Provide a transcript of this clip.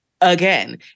again